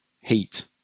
heat